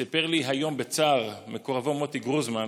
כך סיפר לי היום בצער מקורבו מוטי גרוזמן,